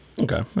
Okay